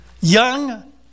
young